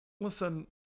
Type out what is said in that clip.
Listen